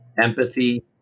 empathy